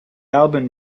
album